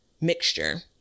mixture